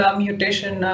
mutation